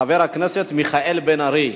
חבר הכנסת מיכאל בן-ארי.